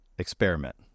experiment